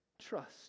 trust